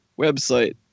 Website